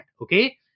okay